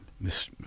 miss